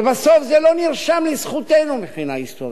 ובסוף, זה לא נרשם לזכותנו מבחינה היסטורית.